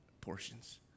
portions